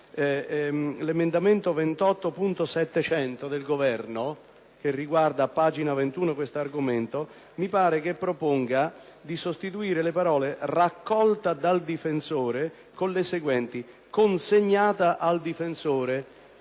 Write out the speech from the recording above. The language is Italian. l’emendamento 28.700 del Governo, che riguarda questo argomento, mi pare che proponga di sostituire le parole «raccolta dal difensore» con le seguenti: